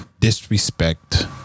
Disrespect